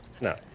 No